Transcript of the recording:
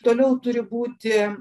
toliau turi būti